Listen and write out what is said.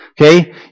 okay